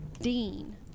dean